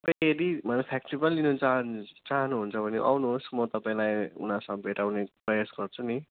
अलिअलि फ्याक्ट्रीबाटै लिन चाहन चाहनुहुन्छ भने आउनुहोस् म तपाईँलाई उनीहरूसँग भेटाउने प्रयास गर्छु नि